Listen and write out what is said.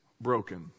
broken